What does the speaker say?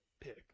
pick